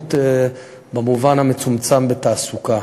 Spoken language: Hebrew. בטיחות במובן המצומצם, בתעסוקה.